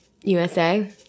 USA